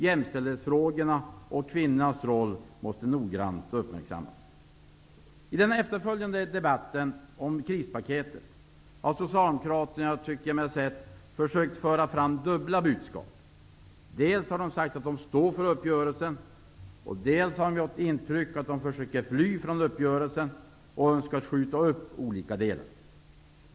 Jämställdhetsfrågorna och kvinnornas roll måste noggrant uppmärksammas. I den efterföljande debatten om krispaketet har Socialdemokraterna försökt föra fram dubbla budskap. Dels har de sagt att de står för uppgörelsen, dels har de givit intryck av att de försöker fly från uppgörelsen och önskat skjuta upp olika delar.